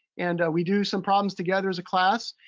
and we do some problems together as a class.